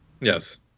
Yes